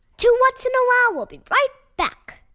two whats? and a wow! will be right back.